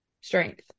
strength